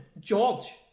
George